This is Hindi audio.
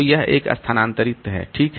तो यह एक स्थानांतरित है ठीक